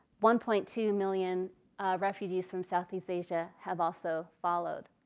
one point two million refugees from southeast asia have also followed.